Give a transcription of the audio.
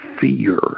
fear